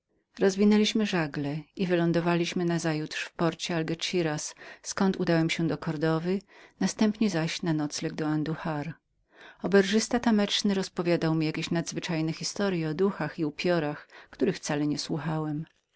rozwinęliśmy żagle i wylądowali nazajutrz w porcie algesiras zkąd udałem się do kordowy następnie zaś na nocleg do anduhar oberżysta tameczny rozpowiadał mi jakieś nadzwyczajne historye o duchach i upiorach których wcale nie słuchałem